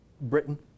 Britain